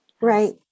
Right